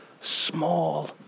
small